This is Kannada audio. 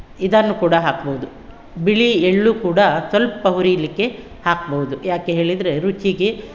ಇದನ್ನು ಕೂಡ ಹಾಕ್ಬೋದು ಬಿಳಿ ಎಳ್ಳು ಕೂಡ ಸ್ವಲ್ಪ ಹುರೀಲಿಕ್ಕೆ ಹಾಕ್ಬೋದು ಯಾಕೆ ಹೇಳಿದರೆ ರುಚಿಗೆ